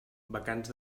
vacants